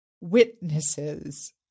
witnesses